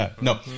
No